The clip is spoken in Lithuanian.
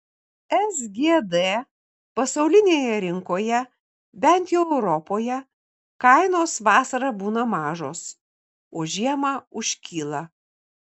sgd pasaulinėje rinkoje bent jau europoje kainos vasarą būna mažos o žiemą užkyla